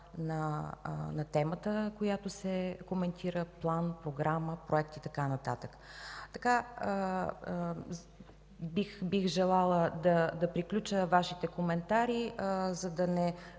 на темата, която се коментира – план, програма, проект и така нататък. Така бих желала да приключа Вашите коментари, за да не